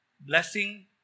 blessing